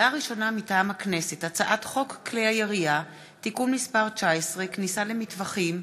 מטעם הכנסת: הצעת חוק כלי הירייה (תיקון מס' 19) (כניסה למטווחים),